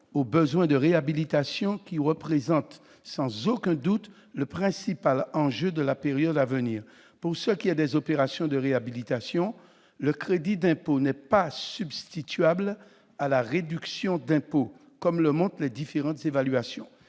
aux besoins de réhabilitation, qui représentent sans aucun doute le principal enjeu de la période à venir. Pour ce qui est des opérations de réhabilitation, le crédit d'impôt n'est pas substituable à la réduction d'impôt, comme le montrent les différentes évaluations.